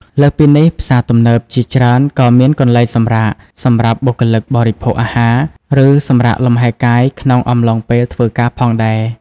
លើសពីនេះ ផ្សារទំនើបជាច្រើនក៏មានកន្លែងសម្រាក សម្រាប់បុគ្គលិកបរិភោគអាហារ ឬសម្រាកលំហែកាយក្នុងអំឡុងពេលធ្វើការផងដែរ។